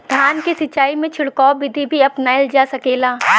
धान के सिचाई में छिड़काव बिधि भी अपनाइल जा सकेला?